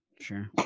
Sure